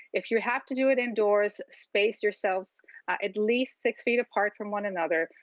if you have to do it indoors, space yourselves at least six feet apart from one another.